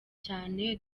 cyane